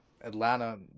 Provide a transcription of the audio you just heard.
Atlanta